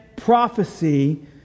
Prophecy